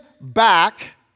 back